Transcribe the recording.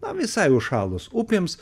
tam visai užšalus upėms